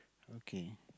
okay